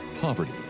Poverty